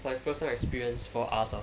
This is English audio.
like first time experience for us lah